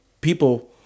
people